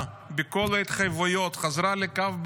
בכל ההתחייבויות וחזרה לקו הבין-לאומי,